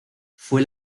fue